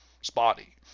spotty